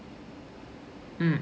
mm